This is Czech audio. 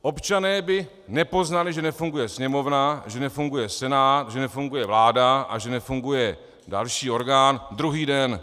Občané by nepoznali, že nefunguje Sněmovna, že nefunguje Senát, že nefunguje vláda a že nefunguje další orgán, druhý den.